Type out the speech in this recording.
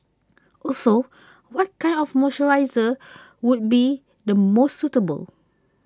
also what kind of moisturiser would be the most suitable